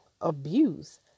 abuse